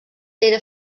era